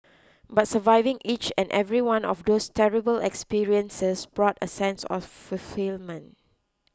but surviving each and every one of those terrible experiences brought a sense of fulfilment